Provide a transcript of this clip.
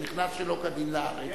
הוא נכנס שלא כדין לארץ.